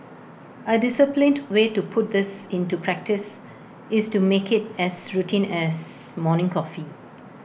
A disciplined way to put this into practice is to make IT as routine as morning coffee